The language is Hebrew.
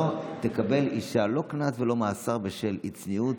לא תקבל אישה לא קנס ולא מאסר בשל אי-צניעות,